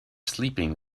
sleeping